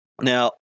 now